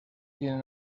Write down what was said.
tienen